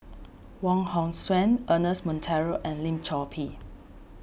Wong Hong Suen Ernest Monteiro and Lim Chor Pee